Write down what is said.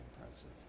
impressive